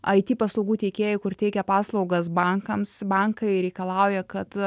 it paslaugų teikėjai kur teikia paslaugas bankams bankai reikalauja kad